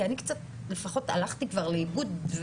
כי אני לפחות הלכתי קצת לאיבוד.